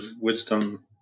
wisdom